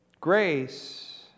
Grace